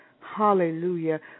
hallelujah